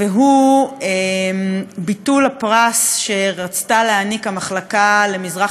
והוא ביטול הפרס שרצתה להעניק המחלקה ללימודי המזרח